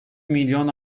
milyon